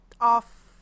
off-